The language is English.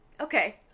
Okay